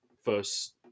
first